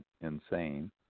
insane